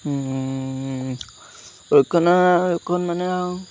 ৰক্ষণাবেক্ষণ মানে আৰু